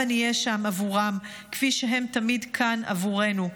הבה נהיה שם עבורם כפי שהם תמיד כאן עבורנו.